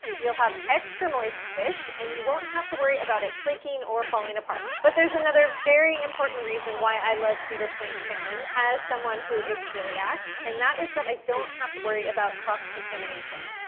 you'll have extra moist fish, and you won't have to worry about it flaking or falling apart. but there's another very important reason why i love cedar plank salmon as someone who is celiac, and that is that i don't have to worry about cross-contamination.